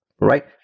right